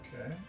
Okay